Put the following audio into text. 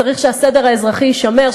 צריך שהסדר האזרחי יישמר,